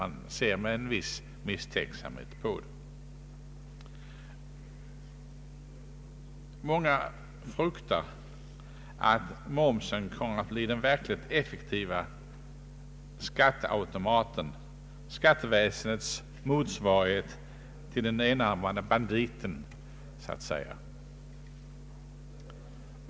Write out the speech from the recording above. Man ser med en viss misstänksamhet på det. Många fruktar att momsen kommer att bli den verkligt effektiva skatteautomaten, skatteväsendets motsvarighet till ”den enarmade banditen”.